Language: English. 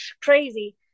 crazy